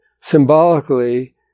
symbolically